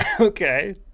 Okay